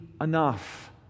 enough